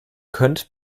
könnt